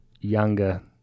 younger